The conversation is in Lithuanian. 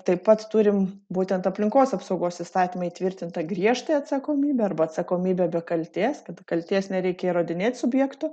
taip pat turim būtent aplinkos apsaugos įstatyme įtvirtintą griežtąją atsakomybę arba atsakomybę be kaltės kad kaltės nereikia įrodinėt subjekto